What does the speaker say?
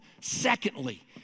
Secondly